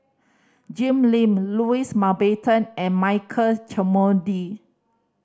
Jim Lim Louis Mountbatten and Michael Olcomendy